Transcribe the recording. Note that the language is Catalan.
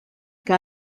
que